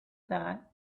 that